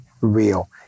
real